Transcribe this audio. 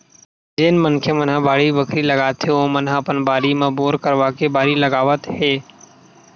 जेन मनखे मन ह बाड़ी बखरी लगाथे ओमन ह अपन बारी म बोर करवाके बारी लगावत